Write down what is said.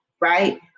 Right